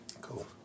Cool